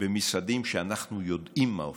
במשרדים שאנחנו יודעים מה אופיים?